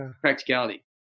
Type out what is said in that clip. Practicality